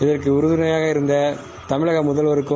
இதற்கு உறுதணையாக இருந்த தமிழக முதல்வருக்கும்